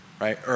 Right